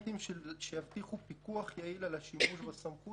מאחר שיש לנו כמה חוקים שבחלקם נעסוק ממש בקרוב וחלקם קצת יותר רחוקים